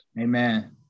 Amen